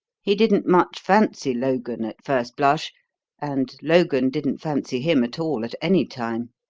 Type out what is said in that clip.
he didn't much fancy logan at first blush and logan didn't fancy him at all at any time.